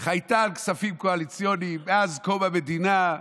חייתה על כספים קואליציוניים מאז קום המדינה,